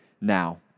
now